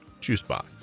juicebox